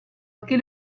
anche